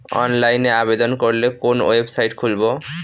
অনলাইনে আবেদন করলে কোন ওয়েবসাইট খুলব?